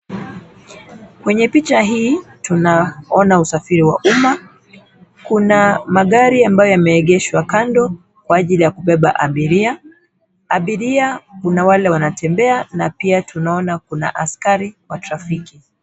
Kwenye picha hii, tunaona usafiri wa umma . Kuna magari ambayo yameegeshwa kando kwa ajili ya kubeba abiria . Abiria kuna wale wanatembea na pia tunaona kuna askari wa trafiki.